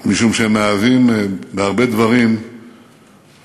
משום שהיא מהווה בהרבה דברים מופת,